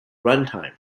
runtime